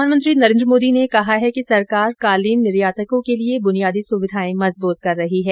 प्रधानमंत्री नरेंद्र मोदी ने कहा है कि सरकार कालीन निर्यातकों के लिये बुनियादी सुविधाएं मजबूत कर रही है